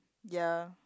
ya